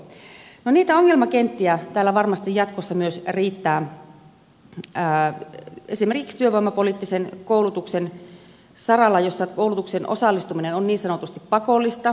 myös niitä ongelmakenttiä täällä varmasti jatkossa riittää esimerkiksi työvoimapoliittisen koulutuksen saralla jossa koulutukseen osallistuminen on niin sanotusti pakollista